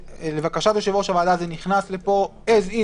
לבקשת יושב-ראש הוועדה זה נכנס לפה as is,